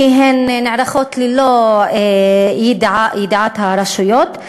כי הן נערכות ללא ידיעת הרשויות,